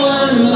one